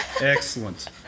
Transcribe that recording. Excellent